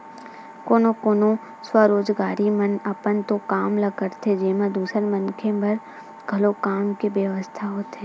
कोनो कोनो स्वरोजगारी मन अपन तो काम ल करथे जेमा दूसर मनखे बर घलो काम के बेवस्था होथे